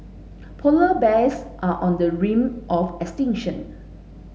polar bears are on the ring of extinction